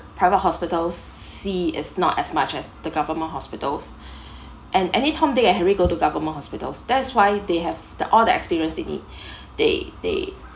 private hospitals see is not as much as the government hospitals and any tom dick and harry go to government hospitals that's why they have the all the experience they need they they